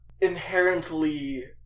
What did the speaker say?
inherently